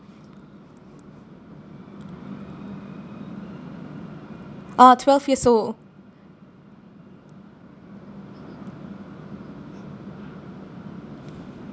a'ah twelve years old